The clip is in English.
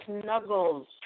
snuggles